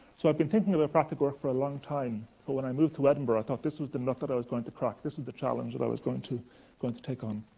so i've been thinking about practical work for a long time, but when i moved to edinburgh, i thought this was the nut that i was going to crack. this was the challenge that i was going to going to take on.